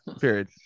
Period